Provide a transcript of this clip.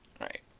Right